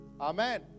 Amen